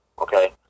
Okay